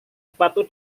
sepatu